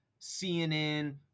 CNN